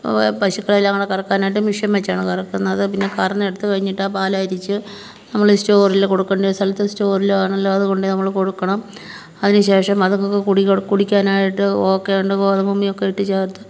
പശുക്കളെ എല്ലാം കൂടെ കറക്കാനായിട്ട് മെഷീൻ വെച്ചാണ് കറക്കുന്നത് പിന്നെ കറന്നെടുത്ത് കഴിഞ്ഞിട്ട് ആ പാൽ അരിച്ച് നമ്മൾ സ്റ്റോറിൽ കൊടുക്കേണ്ടത് സ്ഥലത്ത് സ്റ്റോറിൽ ആണല്ലാതെ നമ്മൾ കൊടുക്കണം അതിന് ശേഷം അതിന് ശേഷം അതിൽ നിന്ന് കുടിക്കാനായിട്ട് ഒക്കെയുണ്ട് ഗോതമ്പ് ഉമിയൊക്കെ ഇട്ട് ചേർത്ത്